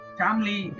family